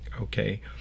okay